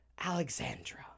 Alexandra